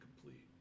complete